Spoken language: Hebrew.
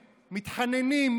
מתחננים,